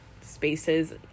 spaces